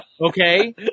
Okay